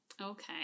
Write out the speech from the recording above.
okay